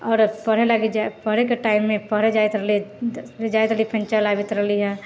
आओरर पढ़े लागी जाइ पढ़ैके टाइममे पढ़े जाइत रहली हँ जाइत रहली फेर चलि आबैत रहली हँ